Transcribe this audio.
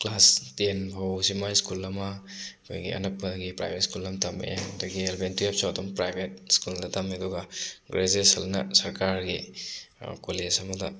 class ten ꯐꯥꯎꯕꯁꯤꯃ school ꯑꯃ ꯑꯩꯈꯣꯏꯒꯤ ꯑꯅꯛꯄꯒꯤ ꯄ꯭ꯔꯥꯏꯕꯦꯠ ꯁ꯭ꯀꯨꯜ ꯑꯃ ꯇꯝꯃꯛꯑꯦ ꯑꯗꯒꯤ ꯏꯂꯕꯦꯟ ꯇꯨꯌꯦꯜꯞꯁꯨ ꯑꯗꯨꯝ ꯄ꯭ꯔꯥꯏꯕꯦꯠ ꯁ꯭ꯀꯨꯜꯗ ꯇꯝꯃꯤ ꯑꯗꯨꯒ ꯒ꯭ꯔꯦꯖꯨꯌꯦꯁꯟꯅ ꯁꯔꯀꯥꯔꯒꯤ ꯀꯣꯂꯦꯖ ꯑꯃꯗ